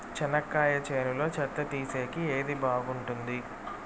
చెనక్కాయ చేనులో చెత్త తీసేకి ఏది బాగుంటుంది?